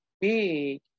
Big